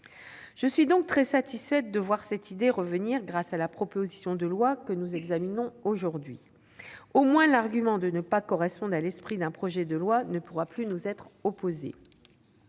Je suis donc très satisfaite de voir cette idée revenir grâce à la proposition de loi que nous examinons aujourd'hui. Au moins l'argument de ne pas correspondre à l'esprit d'un projet de loi ne pourra plus nous être opposé.